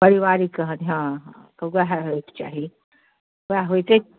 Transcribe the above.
परिवारिक कहानी हँ हँ ओएह होइक चाही ओएह होइतै